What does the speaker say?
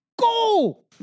Go